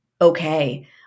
okay